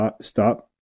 stop